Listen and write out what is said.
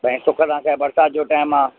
भई सुख सां छा आहे बरसाति जो टाइम आहे